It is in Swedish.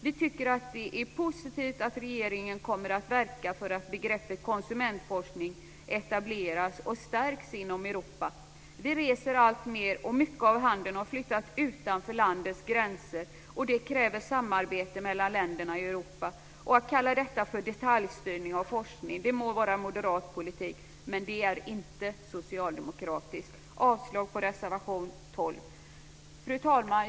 Vi tycker att det är positivt att regeringen kommer att verka för att begreppet konsumentforskning ska etableras och stärkas inom Europa. Vi reser alltmer, och mycket av handeln har flyttat utanför landets gränser. Det kräver samarbete mellan länderna i Europa. Att kalla detta för detaljstyrning av forskningen må vara moderat politik, men det är inte socialdemokratisk politik. Jag yrkar avslag på reservation 12. Fru talman!